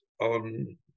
on